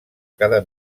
cada